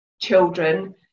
children